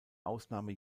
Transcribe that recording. ausnahme